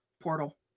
Portal